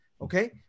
Okay